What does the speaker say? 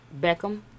Beckham